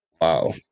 Wow